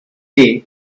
day